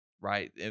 Right